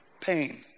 pain